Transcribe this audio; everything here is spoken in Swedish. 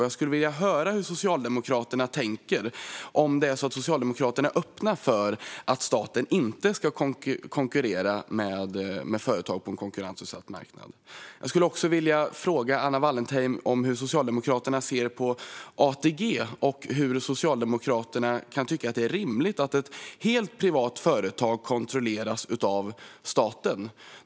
Jag skulle vilja höra hur Socialdemokraterna tänker: Är Socialdemokraterna öppna för att staten inte ska konkurrera med företag på en konkurrensutsatt marknad? Jag skulle också vilja fråga Anna Wallentheim hur Socialdemokraterna ser på ATG. Hur kan Socialdemokraterna tycka att det är rimligt att ett helt privat företag kontrolleras av staten?